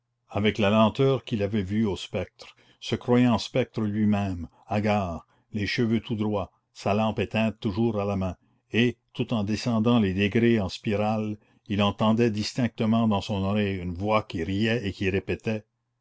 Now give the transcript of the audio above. avec la lenteur qu'il avait vue au spectre se croyant spectre lui-même hagard les cheveux tout droits sa lampe éteinte toujours à la main et tout en descendant les degrés en spirale il entendait distinctement dans son oreille une voix qui riait et qui répétait